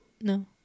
no